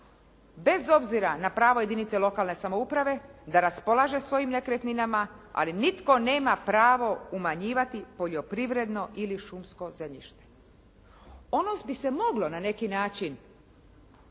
bez obzira na pravo jedinice i lokalne samouprave da raspolaže svojim nekretninama, ali nitko nema pravo umanjivati poljoprivredno ili šumsko zemljište. Ono bi se moglo na neki način